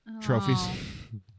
Trophies